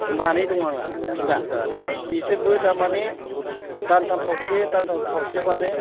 मानै दं आंहा बिमा इसोरबो थारमाने दान्थाम खावसे दान्थाम खावसेब्लानो